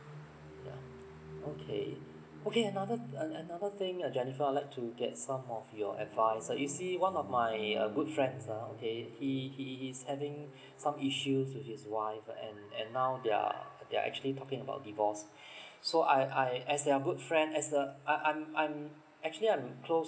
yeah okay okay another uh another thing ah jennifer I would like to get some of your advice ah you see one of my uh good friends ah okay he he he's having some issues with his wife and and now they are they are actually talking about divorce so I I as their good friend as the I I'm I'm actually I'm closed